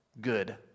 good